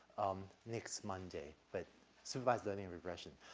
um, next monday, but supervised learning regression.